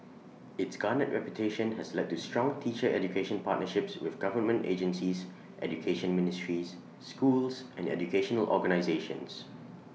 its garnered reputation has led to strong teacher education partnerships with government agencies education ministries schools and educational organisations